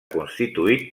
constituït